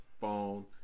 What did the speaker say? phone